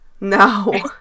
No